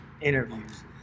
interviews